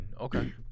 Okay